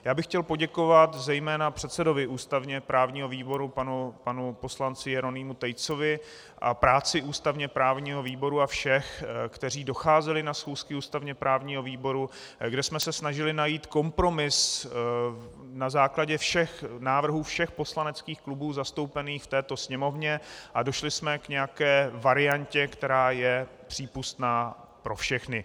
Já bych chtěl poděkovat zejména předsedovi ústavněprávního výboru panu poslanci Jeronýmu Tejcovi a práci ústavněprávního výboru a všech, kteří docházeli na schůzky ústavněprávního výboru, kde jsme se snažili najít kompromis na základě návrhů všech poslaneckých klubů zastoupených v této Sněmovně a došli jsme k nějaké variantě, která je přípustná pro všechny.